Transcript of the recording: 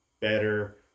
better